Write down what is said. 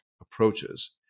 approaches